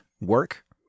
work